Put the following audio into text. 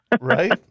Right